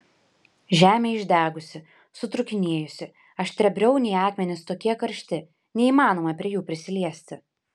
žemė išdegusi sutrūkinėjusi aštriabriauniai akmenys tokie karšti neįmanoma prie jų prisiliesti